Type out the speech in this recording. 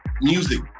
music